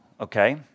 okay